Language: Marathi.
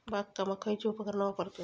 बागकामाक खयची उपकरणा वापरतत?